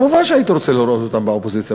מובן שהייתי רוצה לראות אותם באופוזיציה,